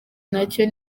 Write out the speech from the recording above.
nacyo